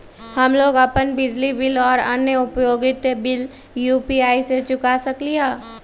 हम लोग अपन बिजली बिल और अन्य उपयोगिता बिल यू.पी.आई से चुका सकिली ह